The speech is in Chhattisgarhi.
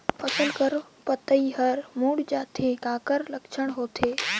फसल कर पतइ हर मुड़ जाथे काकर लक्षण होथे?